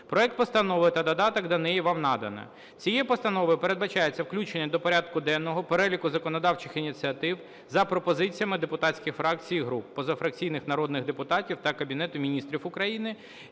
Проект постанови та додаток до неї вам надано. Цією постановою передбачається включення до порядку денного переліку законодавчих ініціатив за пропозиціями депутатських фракцій і груп, позафракційних народних депутатів та Кабінету Міністрів України,